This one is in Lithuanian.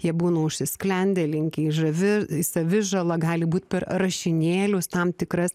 jie būna užsisklendę linkę į žavi savižala gali būt per rašinėlius tam tikras